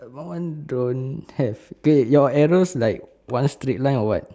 my one don't have K your arrows like one straight like or what